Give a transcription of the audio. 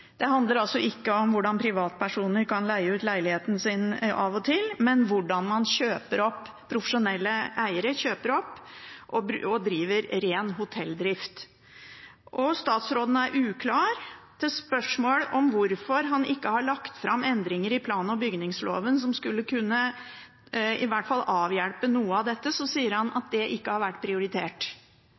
Det handler ikke om hvordan privatpersoner kan leie ut leiligheten sin av og til, men om hvordan profesjonelle eiere kjøper opp og driver ren hotelldrift. Statsråden er uklar. På spørsmål om hvorfor han ikke har lagt fram forslag til endringer i plan- og bygningsloven som i hvert fall skulle kunne avhjelpe noe av dette, sier han at det ikke har vært prioritert.